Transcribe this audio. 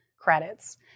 credits